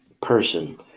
person